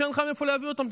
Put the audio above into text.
ואין לך מאיפה להביא אותם.